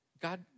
God